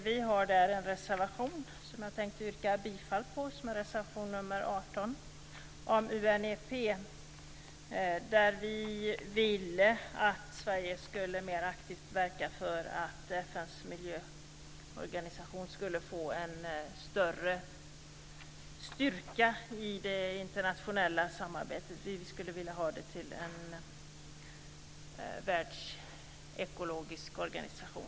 Vi har där en reservation som jag yrkar bifall till - det är reservation nr 18 - om UNEP. Vi ville att Sverige mer aktivt skulle verka för att FN:s miljöorganisation skulle få en större styrka i det internationella samarbetet. Vi skulle vilja ha den till en världsekologisk organisation.